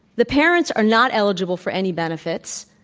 the parents are not eligible for any benefits.